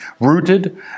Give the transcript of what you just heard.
rooted